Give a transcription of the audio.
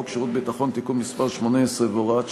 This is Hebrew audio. שירות ביטחון (תיקון מס' 18 והוראת שעה),